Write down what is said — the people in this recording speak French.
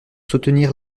soutenir